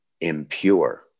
impure